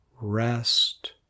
rest